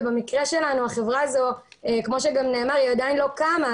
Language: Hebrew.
ובמקרה שלנו ההבחנה הזאת עדיין לא קמה,